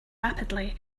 rapidly